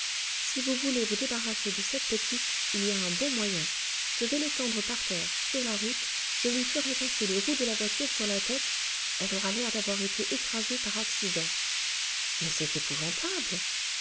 si vous voulez vous débarrasser de cette petite il y a un bon moyen je vais l'étendre par terre sur la route je lui ferai passer les roues de la voiture sur la tête elle aura l'air d'avoir été écrasée par accident mais c'est épouvantable